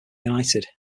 united